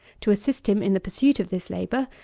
to assist him in the pursuit of this labour,